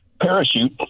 parachute